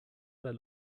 der